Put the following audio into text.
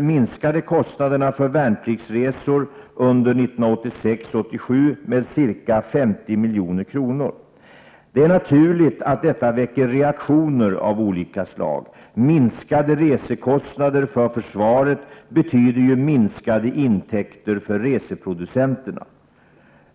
minskade t.ex. kostnaderna för värnpliktsresor under 1986/87 med ca 50 milj.kr. Det är naturligt att detta väcker reaktioner av olika slag. Minskade resekostnader för försvaret betyder ju minskade intäkter för reseproducenterna.